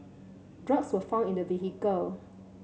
drugs were found in the vehicle